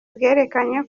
bwerekanye